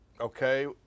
Okay